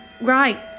right